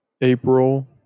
april